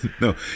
No